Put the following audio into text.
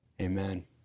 amen